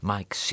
Mike